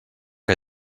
que